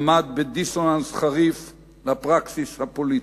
עמד בדיסוננס חריף לפרקסיס הפוליטי.